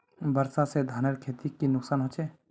वर्षा से धानेर खेतीर की नुकसान होचे?